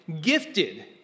gifted